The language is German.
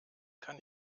kann